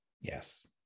Yes